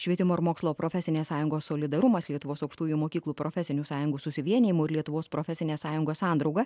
švietimo ir mokslo profesinės sąjungos solidarumas lietuvos aukštųjų mokyklų profesinių sąjungų susivienijimų ir lietuvos profesinės sąjungos sandrauga